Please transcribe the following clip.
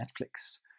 Netflix